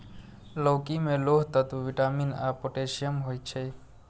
लौकी मे लौह तत्व, विटामिन आ पोटेशियम होइ छै